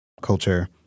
culture